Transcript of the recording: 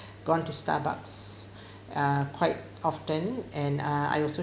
gone to starbucks uh quite often and uh I also